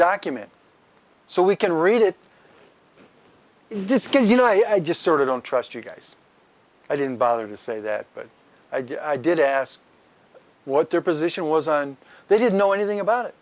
document so we can read it this good you know i just sort of don't trust you guys i didn't bother to say that but i did ask what their position was and they didn't know anything about it